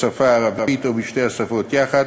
בשפה הערבית או בשתי השפות יחד,